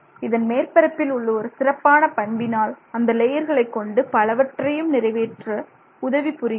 இதன் மேற்பரப்பில் உள்ள ஒரு சிறப்பான பண்பினால் அந்த லேயர்களை கொண்டு பலவற்றையும் நிறைவேற்ற உதவி புரிகிறது